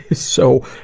so,